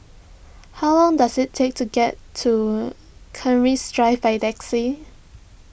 how long does it take to get to Keris Drive by taxi